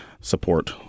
support